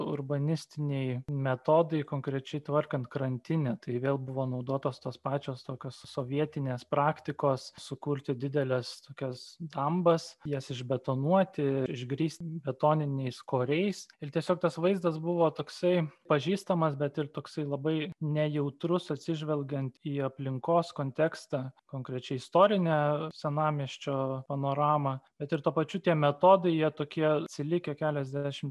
urbanistiniai metodai konkrečiai tvarkant krantinę tai vėl buvo naudotos tos pačios tokios sovietinės praktikos sukurti dideles tokias dambas jas išbetonuoti ir išgrįsti betoniniais koriais ir tiesiog tas vaizdas buvo toksai pažįstamas bet ir toksai labai nejautrus atsižvelgiant į aplinkos kontekstą konkrečiai istorinę senamiesčio panoramą bet ir tuo pačiu tie metodai jie tokie atsilikę keliasdešimt